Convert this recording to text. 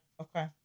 okay